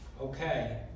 Okay